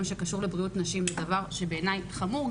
שעוסק בבריאות נשים זה דבר בעיניי חמור,